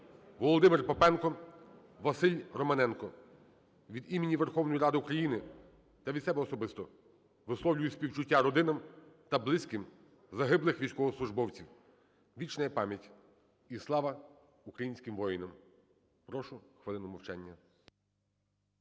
Володимир Попенко, Василь Романюк. Від імені Верховної Ради України та від себе особисто висловлюю співчуття родинам та близьким загиблих військовослужбовців. Вічна пам'ять і слава українським воїнам. Прошу хвилину мовчання.